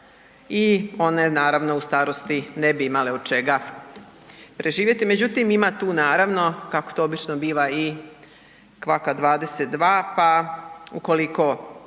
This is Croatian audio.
i one naravno u starosti ne bi imale od čega preživjeti međutim ima tu naravno kako to obično biva i kvaka 22, pa ukoliko